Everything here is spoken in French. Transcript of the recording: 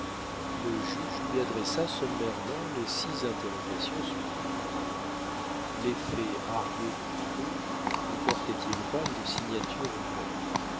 le juge lui adressa sommairement les six interrogations suivantes l'effet argué de faux ne portait il pas une signature vraie